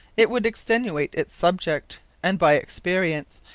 it would extenuate its subject and by experience,